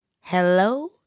Hello